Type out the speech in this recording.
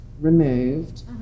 removed